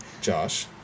Josh